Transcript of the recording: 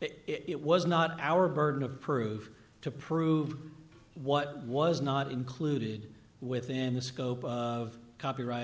it was not our burden of proof to prove what was not included within the scope of copyright